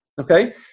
okay